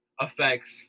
affects